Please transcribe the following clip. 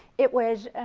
it was.